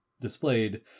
displayed